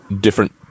different